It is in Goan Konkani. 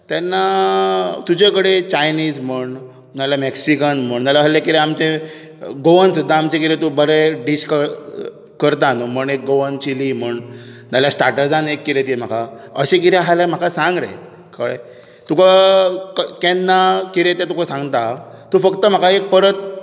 तेन्ना तुजे कडेन चायनीज म्हण ना जाल्यार मॅक्सिकन म्हण ना जाल्यार असलें कितें आमचें गोवन सुद्दां तूं आमचें बरें डीश करता न्हू म्हण एक गोवन चिली म्हूण ना जाल्यार स्टार्ट्जांत एक कितें दी म्हाका अशें कितें आसल्यार म्हाका सांग रे कळ्ळें तुका केन्ना कितें तें तुका सांगता तूं फकत म्हाका एक परत